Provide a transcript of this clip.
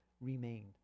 remained